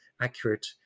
accurate